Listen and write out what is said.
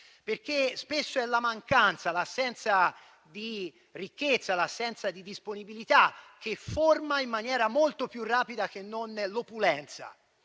perché spesso è l'assenza di ricchezza e di disponibilità che forma in maniera molto più rapida che non l'opulenza.